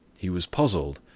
he was puzzled,